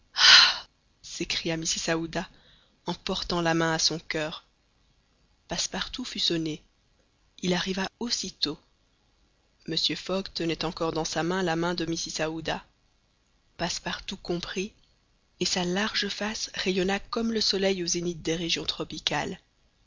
mrs aouda en portant la main à son coeur passepartout fut sonné il arriva aussitôt mr fogg tenait encore dans sa main la main de mrs aouda passepartout comprit et sa large face rayonna comme le soleil au zénith des régions tropicales